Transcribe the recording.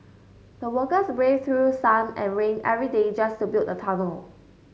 the workers braved through sun and rain every day just to build the tunnel